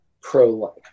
pro-life